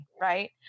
right